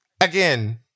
Again